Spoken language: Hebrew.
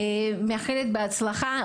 אני מאחלת בהצלחה.